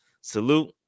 Salute